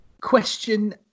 question